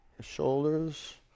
shoulders